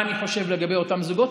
מה אני חושב לגבי אותם זוגות.